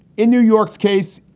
in new york's case,